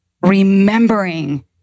remembering